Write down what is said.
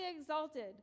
exalted